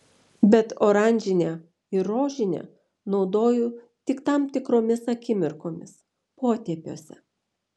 bet oranžinę ir rožinę naudoju tik tam tikromis akimirkomis potėpiuose